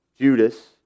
Judas